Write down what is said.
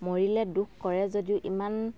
মৰিলে দুখ কৰে যদিও ইমান